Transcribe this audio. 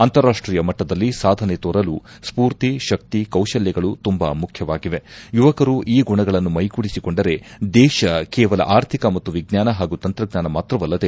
ಅಂತಾರಾಷ್ಷೀಯ ಮಟ್ಟದಲ್ಲಿ ಸಾಧನೆ ತೋರಲು ಸ್ಕೂರ್ತಿ ಶಕ್ತಿ ಕೌಶಲ್ಯಗಳು ತುಂಬಾ ಮುಖ್ಯವಾಗಿವೆ ಯುವಕರು ಈ ಗುಣಗಳನ್ನು ಮೈಗೂಡಿಸಿಕೊಂಡರೆ ದೇಶ ಕೇವಲ ಆರ್ಥಿಕ ಮತ್ತು ವಿಜ್ಞಾನ ಹಾಗೂ ತಂತ್ರಜ್ಞಾನ ಮಾತ್ರವಲ್ಲದೆ